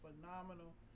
phenomenal